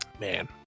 man